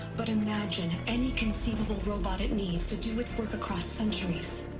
but imagine any conceivable robot it needs to do its work across centuries.